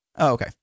Okay